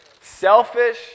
Selfish